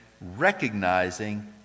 recognizing